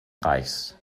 reichs